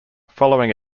following